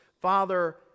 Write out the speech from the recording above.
Father